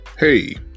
Hey